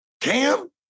Cam